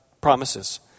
promises